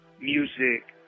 music